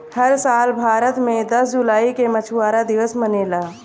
हर साल भारत मे दस जुलाई के मछुआरा दिवस मनेला